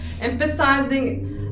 emphasizing